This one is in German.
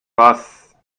was